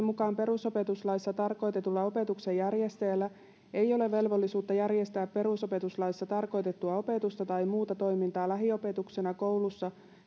mukaan perusopetuslaissa tarkoitetulla opetuksen järjestäjällä ei ole velvollisuutta järjestää perusopetuslaissa tarkoitettua opetusta tai muuta toimintaa lähiopetuksena koulussa